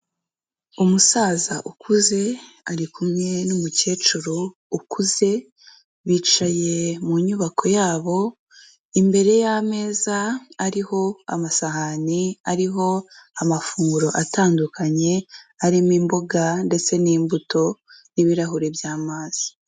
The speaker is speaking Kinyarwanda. Umusaza ukuze ari kumwe n'umukecuru ukuze, bicaye mu nyubako yabo, imbere y'ameza ariho amasahani ariho amafunguro atandukanye, arimo imboga ndetse n'imbuto n'ibirahuri by'amazi.